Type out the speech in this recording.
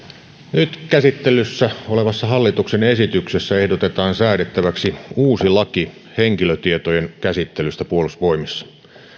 nyt käsittelyssä olevassa hallituksen esityksessä ehdotetaan säädettäväksi uusi laki henkilötietojen käsittelystä puolustusvoimissa